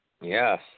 yes